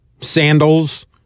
sandals